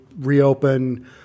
reopen